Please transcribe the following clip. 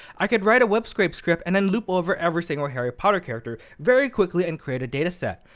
i could write a web scrape script and then loop over every single harry potter character, very quickly, and create a data set.